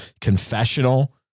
confessional